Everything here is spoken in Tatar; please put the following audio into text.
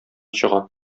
чыга